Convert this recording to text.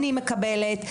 אני מקבלת,